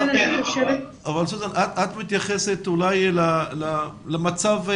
סוזאן, את מתייחסת אולי למצב המצוי.